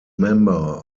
member